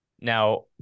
Now